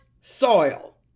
soil